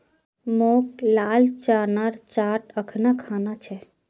मोक लाल चनार चाट अखना खाना छ